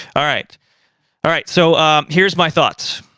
alright alright so here's my thoughts.